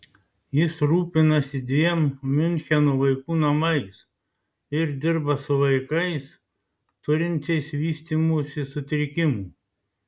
jis rūpinasi dviem miuncheno vaikų namais ir dirba su vaikais turinčiais vystymosi sutrikimų